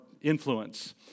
influence